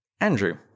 Andrew